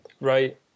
Right